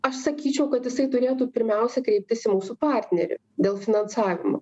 aš sakyčiau kad jisai turėtų pirmiausia kreiptis į mūsų partnerį dėl finansavimo